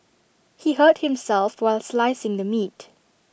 he hurt himself while slicing the meat